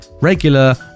Regular